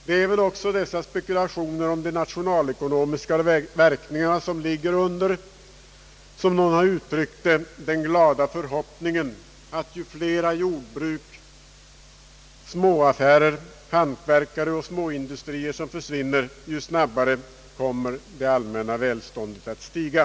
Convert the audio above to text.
Det är väl också dessa spekulationer om de nationalekonomiska verkningarna som ligger under — som någon har uttryckt det — den »glada förhoppningen», att ju flera jordbruk, småaffärer, hantverkare och småindustrier som försvinner, ju snabbare kommer det allmänna välståndet att stiga.